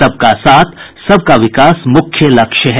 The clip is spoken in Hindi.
सबका साथ सबका विकास मुख्य लक्ष्य है